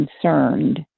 concerned